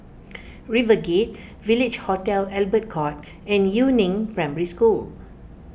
Rivegate Village Hotel Albert Court and Yu Neng Primary School